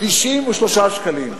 93 שקלים.